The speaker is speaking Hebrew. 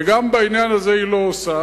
גם בעניין הזה היא לא עושה,